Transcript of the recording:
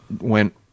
went